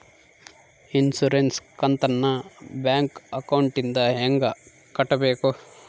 Insurance ಕಂತನ್ನ bank ಅಕೌಂಟಿಂದ ಹೆಂಗ ಕಟ್ಟಬೇಕು?